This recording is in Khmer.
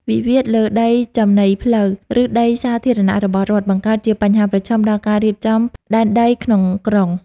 វិវាទលើដីចំណីផ្លូវ ឬដីសាធារណៈរបស់រដ្ឋ បង្កើតជាបញ្ហាប្រឈមដល់ការរៀបចំដែនដីក្នុងក្រុង។